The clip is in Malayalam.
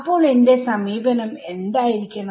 അപ്പോൾ എന്റെ സമീപനം എന്തായിരിക്കണം